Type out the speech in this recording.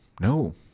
No